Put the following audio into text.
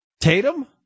Tatum